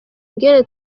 ingene